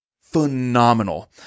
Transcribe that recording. phenomenal